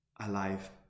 alive